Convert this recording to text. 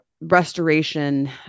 restoration